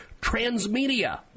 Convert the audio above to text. Transmedia